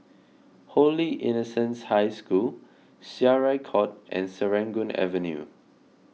Holy Innocents' High School Syariah Court and Serangoon Avenue